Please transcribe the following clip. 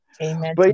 Amen